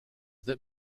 that